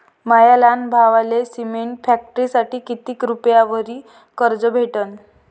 माया लहान भावाले सिमेंट फॅक्टरीसाठी कितीक रुपयावरी कर्ज भेटनं?